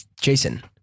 Jason